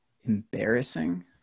Embarrassing